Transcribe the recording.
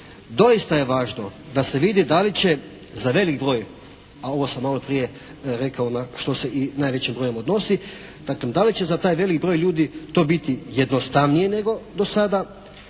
Doista je važno da se vidi da li će za velik broj, a ovo sam maloprije rekao što se i najvećim brojem odnosi, daklem da li će za taj velik broj ljudi to biti jednostavnije nego do sada,